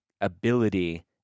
ability